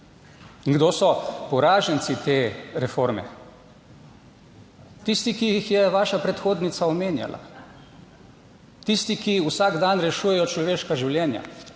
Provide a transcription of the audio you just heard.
kdo so poraženci te reforme? Tisti, ki jih je vaša predhodnica omenjala. Tisti, ki vsak dan rešujejo človeška življenja